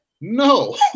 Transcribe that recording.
no